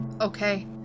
Okay